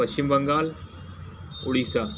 Paschim Bengal Odisha